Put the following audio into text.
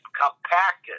compact